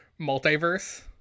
multiverse